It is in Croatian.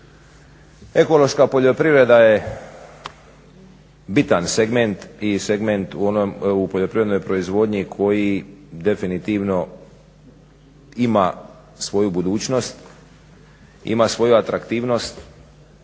Ekološka poljoprivreda je bitan segment i segment u poljoprivrednoj proizvodnji koji definitivno ima svoju budućnost, ima svoju atraktivnost